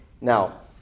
Now